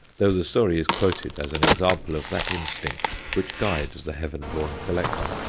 though the story is quoted as an example of that instinct which guides the heaven-born collector.